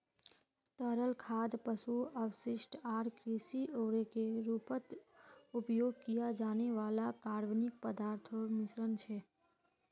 तरल खाद पशु अपशिष्ट आर कृषि उर्वरकेर रूपत उपयोग किया जाने वाला कार्बनिक पदार्थोंर मिश्रण छे